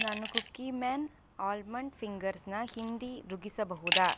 ನಾನು Cookieman almond ಫಿಂಗರ್ಸನ್ನ ಹಿಂದಿರುಗಿಸಬಹುದಾ